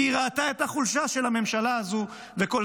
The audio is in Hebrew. כי היא ראתה את החולשה של הממשלה הזו.